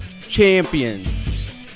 champions